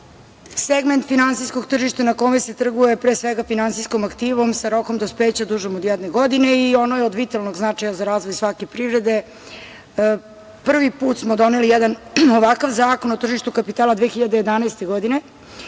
finansijskog tržišta na kome se trguje pre svega finansijskom aktivom sa rokom dospeća dužim od jedne godine i ono je od vitalnog značaja za razvoj svake privrede. Prvi put smo doneli jedan ovakav Zakon o tržištu kapitala 2011. godine.